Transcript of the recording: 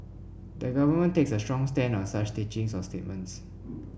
the government takes a strong stand on such teachings or statements